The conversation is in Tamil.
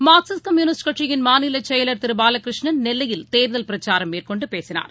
மார்க்சிஸ்ட் கம்யூனிஸ்ட் கட்சியின் மாநிலச் செயலர் திருபாலகிருஷ்ணன் நெல்லையில் தேர்தல் பிரச்சாரம் மேற்கொண்டுபேசினார்